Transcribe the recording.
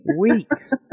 weeks